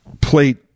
plate